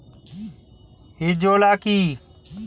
Azolla কি?